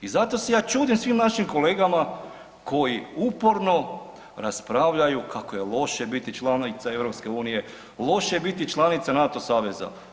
I zato se ja čudim svim našim kolegama koji uporno raspravljaju kako je loše biti članica Europske, loše je biti članica NATO saveza.